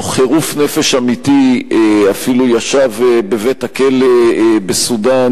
תוך חירוף נפש אמיתי, אפילו ישב בבית-הכלא בסודן,